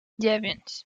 dziewięć